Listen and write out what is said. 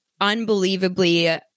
unbelievably